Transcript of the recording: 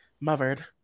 Mothered